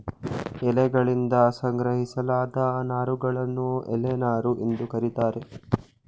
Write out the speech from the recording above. ಎಲೆಯಗಳಿಂದ ಸಂಗ್ರಹಿಸಲಾದ ನಾರುಗಳನ್ನು ಎಲೆ ನಾರು ಎಂದು ಕರೀತಾರೆ